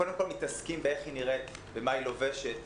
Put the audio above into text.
קודם כול מתעסקים באיך היא נראית ומה היא לובשת,